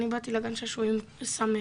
אני באתי לגן שעשועים שמח,